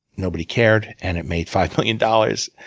nobody cared, and it made five million dollars,